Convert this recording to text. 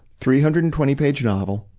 three hundred and twenty page novel,